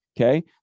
Okay